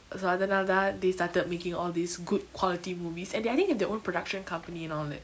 so அதனாலதா:athanalatha they started making all these good quality movies and they I think they have their own production company and all that